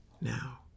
now